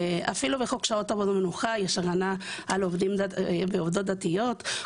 אפילו בחוק שעות עבודה ומנוחה יש הבנה על עובדים ועובדות דתיים.